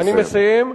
אני מסיים.